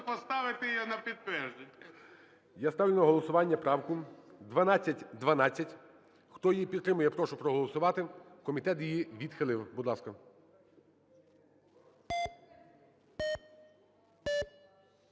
поставити її на підтвердження ГОЛОВУЮЧИЙ. Я ставлю на голосування правку 1212. Хто її підтримує, я прошу проголосувати. Комітет її відхилив. Будь ласка.